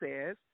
says